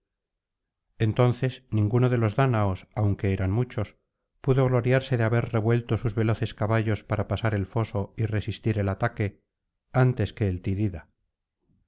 entonces ninguno de los dáñaos aunque eran muchos pudo gloriarse de haber revuelto sus veloces caballos para pasar el foso y resistir el ataque antes que eltidida